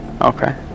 okay